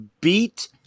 beat